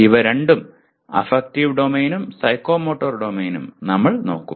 ഇവ രണ്ടും അഫക്റ്റീവ് ഡൊമെയ്നും സൈക്കോമോട്ടർ ഡൊമെയ്നും നമ്മൾ നോക്കും